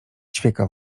ćwieka